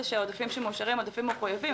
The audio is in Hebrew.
שהעודפים שמאושרים הם עודפים מחויבים.